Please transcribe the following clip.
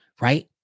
right